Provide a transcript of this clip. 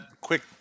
quick